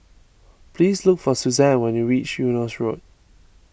please look for Suzann when you reach Eunos Road